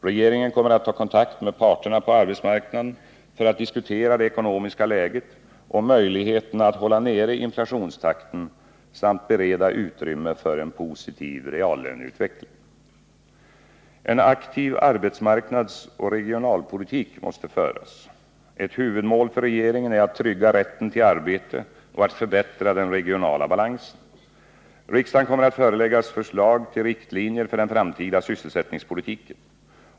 Regeringen kommer att ta kontakt med parterna på arbetsmarknaden för att diskutera det ekonomiska läget och möjligheterna att hålla nere inflationstakten samt bereda utrymme för en positiv reallöneutveckling. En aktiv arbetsmarknadsoch regionalpolitik måste föras. Ett huvudmål för regeringen är att trygga rätten till arbete och att förbättra den regionala balansen. Riksdagen kommer att föreläggas förslag till riktlinjer för den framtida sysselsättningspolitiken.